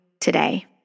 today